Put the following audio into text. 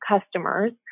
customers